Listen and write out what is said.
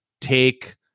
take